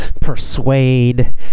persuade